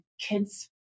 kids